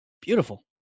Beautiful